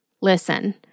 Listen